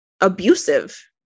abusive